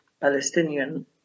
Palestinian